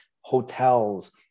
hotels